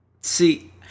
See